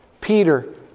Peter